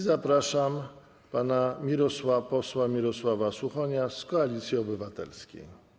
Zapraszam pana posła Mirosława Suchonia z Koalicji Obywatelskiej.